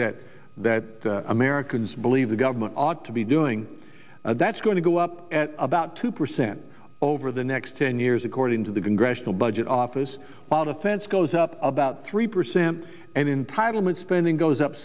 that that americans believe the government ought to be doing that's going to go up at about two percent over the next ten years according to the congressional budget office on offense goes up about three percent and in title meant spending goes up